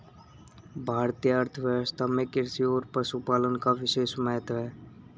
भारतीय अर्थव्यवस्था में कृषि और पशुपालन का विशेष महत्त्व है